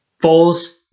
False